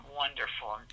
wonderful